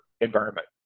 environment